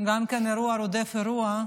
גם כן אירוע רודף אירוע,